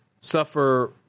suffer